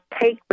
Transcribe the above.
take